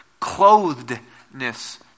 clothedness